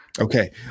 Okay